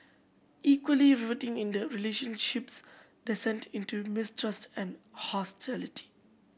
equally riveting is the relationship's descent into mistrust and hostility